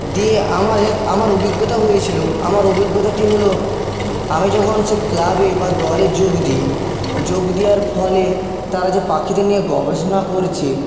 দিয়ে আমার এক আমার অভিজ্ঞতা হয়েছিল আমার অভিজ্ঞতাটি হলো আমি যখন সে ক্লাবে বা দলে যোগ দিই যোগ দেওয়ার ফলে তারা যে পাখিদের নিয়ে গবেষণা করছে